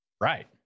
right